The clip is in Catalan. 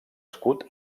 escut